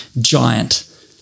giant